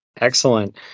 Excellent